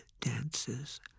dances